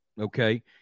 okay